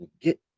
get